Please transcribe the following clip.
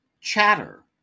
Chatter